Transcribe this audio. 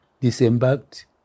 disembarked